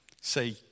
Say